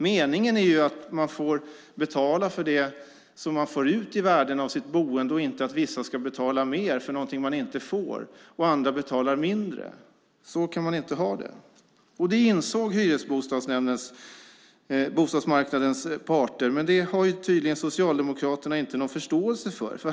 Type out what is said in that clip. Meningen är att man får betala för det man får ut i värde av sitt boende och inte att vissa ska betala mer för någonting man inte får och andra betalar mindre. Så kan man inte ha det. Det insåg hyresbostadsmarknadens parter, men det har tydligen Socialdemokraterna inte någon förståelse för.